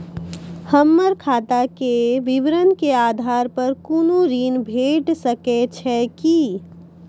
हमर खाता के विवरण के आधार प कुनू ऋण भेट सकै छै की?